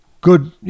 good